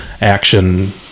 action